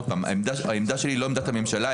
העמדה שלי היא לא עמדת הממשלה,